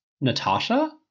Natasha